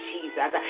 Jesus